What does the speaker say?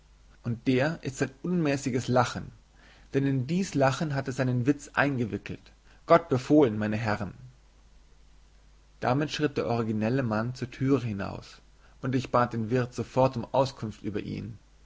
und der ist sein unmäßiges lachen denn in dies lachen hat er seinen witz eingewickelt gott befohlen meine herrn damit schritt der originelle mann zur türe hinaus und ich bat den wirt sofort um auskunft über ihn